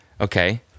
okay